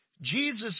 Jesus